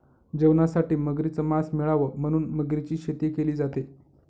जेवणासाठी मगरीच मास मिळाव म्हणून मगरीची शेती केली जाते